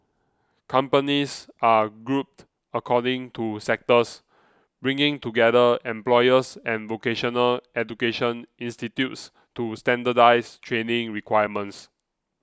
companies are grouped according to sectors bringing together employers and vocational education institutes to standardise training requirements